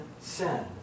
sin